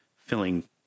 filling